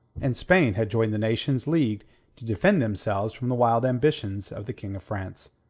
and spain had joined the nations leagued to defend themselves from the wild ambitions of the king of france.